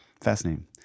Fascinating